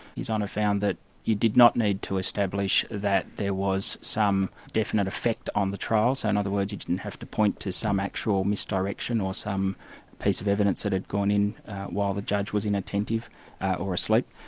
his honour found that you did not need to establish that there was some definite effect on the trial, so in and other words, you didn't have to point to some actual misdirection, or some piece of evidence that had gone in while the judge was inattentive or asleep,